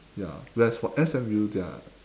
ya whereas for S_M_U their